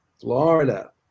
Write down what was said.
Florida